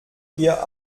hier